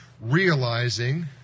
realizing